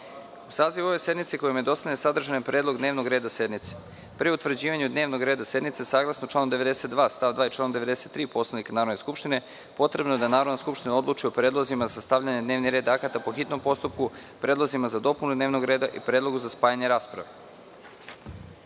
sazivu ove sednice koji vam je dostavljen sadržan je predlog dnevnog reda sednice. Pre utvrđivanja dnevnog reda sednice saglasno članu 92. stav 2. i članu 93. Poslovnika Narodne skupštine, potrebno je da Narodna skupština odluči o predlozima za stavljanje na dnevni red akata po hitnom postupku, predlozima za dopunu dnevnog reda i predlogu za spajanje rasprave. Narodni